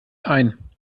ein